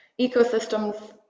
ecosystems